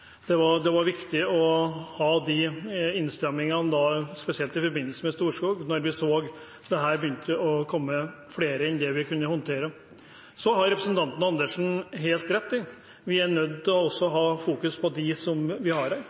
Det var viktig å ha innstrammingene spesielt i forbindelse med Storskog da vi så at det begynte å komme flere enn det vi kunne håndtere. Så har representanten Andersen helt rett i at vi er nødt til også å ha fokus på dem som er her. Vi